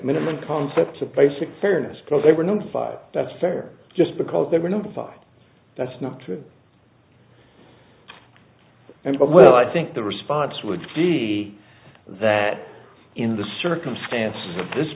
minimum concepts of basic fairness they were notified that's fair just because they were notified that's not true and well i think the response would be that in the circumstances of this